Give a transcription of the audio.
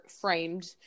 framed